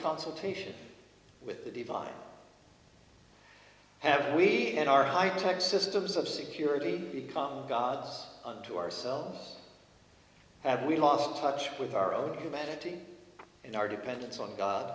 consultation with the divine have we and our high tech systems of security become gods unto ourselves and we lost touch with our own humanity and our dependence on